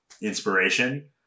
inspiration